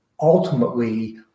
ultimately